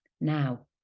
Now